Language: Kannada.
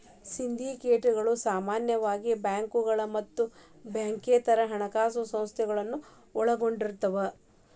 ಸಿಂಡಿಕೇಟ್ಗಳ ಸಾಮಾನ್ಯವಾಗಿ ಬ್ಯಾಂಕುಗಳ ಮತ್ತ ಬ್ಯಾಂಕೇತರ ಹಣಕಾಸ ಸಂಸ್ಥೆಗಳನ್ನ ಒಳಗೊಂಡಿರ್ತವ